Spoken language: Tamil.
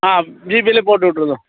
ஆ ஜிபேலே போட்டுவிட்ருங்க